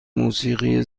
موسیقی